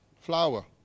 flour